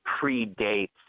predates